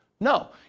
No